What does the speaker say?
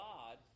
God